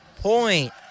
point